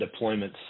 deployments